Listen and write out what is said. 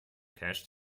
cache